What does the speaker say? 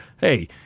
Hey